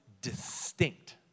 distinct